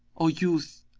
o youth,